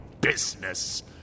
business